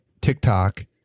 TikTok